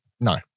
no